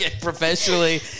professionally